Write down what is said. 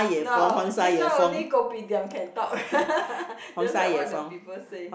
no this one only kopitiam can talk just like what the people say